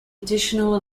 additional